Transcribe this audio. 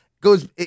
goes